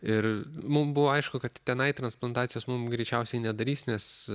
ir mum buvo aišku kad tenai transplantacijos mum greičiausiai nedarys nes